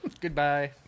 Goodbye